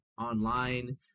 online